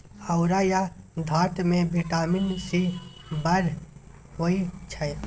औरा या धातृ मे बिटामिन सी बड़ होइ छै